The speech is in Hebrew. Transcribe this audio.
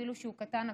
אפילו שהוא קטן,